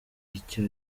icyo